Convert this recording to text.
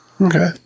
Okay